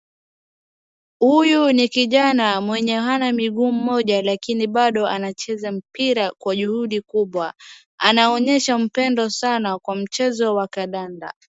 Huyu ni kijana mwenye hana mguu moja lakini bado anacheza mpira kwa juhudi kubwa. Anaonyesha upendo sana kwa mchezo wa kandanda.